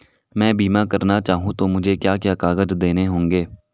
मैं बीमा करना चाहूं तो मुझे क्या क्या कागज़ देने होंगे?